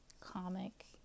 comic